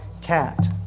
cat